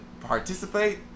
participate